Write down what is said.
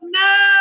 no